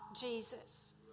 Jesus